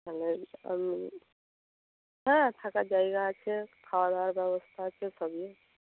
তাহলে আমি হ্যাঁ থাকার জায়গা আছে খাওয়া দাওয়ার ব্যবস্থা আছে সবই আছে